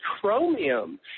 chromium